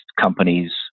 companies